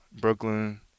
Brooklyn